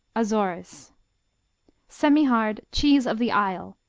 azores semihard cheese of the isle,